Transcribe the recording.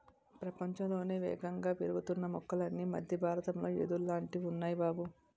ప్రపంచంలోనే యేగంగా పెరుగుతున్న మొక్కలన్నీ మద్దె బారతంలో యెదుర్లాటివి ఉన్నాయ్ బాబూ